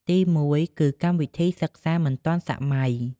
ទីមួយគឺ កម្មវិធីសិក្សាមិនទាន់សម័យ។